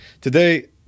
Today